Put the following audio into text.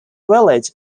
village